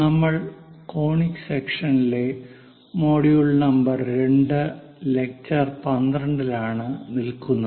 നമ്മൾ കോണിക് സെൿഷൻസിലെ module number 2 lecture 12 ലാണ് നിൽക്കുന്നത്